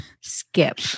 skip